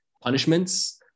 punishments